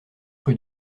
rue